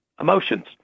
emotions